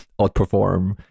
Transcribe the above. outperform